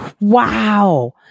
Wow